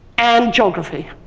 and geography.